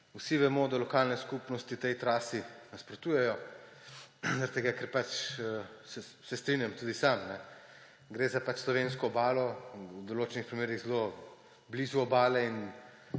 Vsi vemo, da lokalne skupnosti tej trasi nasprotujejo, se strinjam tudi sam, ker gre za slovensko Obalo, v določenih primerih zelo blizu obale in